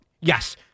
Yes